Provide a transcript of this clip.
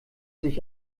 sich